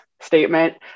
statement